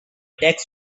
tax